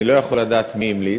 אני לא יכול לדעת מי המליץ,